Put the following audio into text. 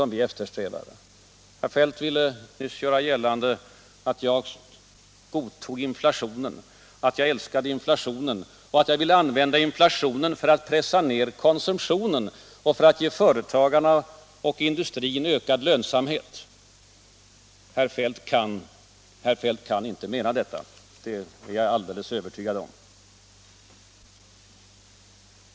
Men herr Feldt ville nyss göra gällande att jag godtog inflationen, att jag älskade inflationen och att jag ville använda inflationen för att pressa ned konsumtionen och för att ge företagarna och industrin ökad lönsamhet. Herr Feldt kan inte mena detta — det är jag alldeles övertygad om.